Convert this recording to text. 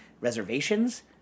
reservations